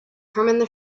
hermann